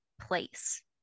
place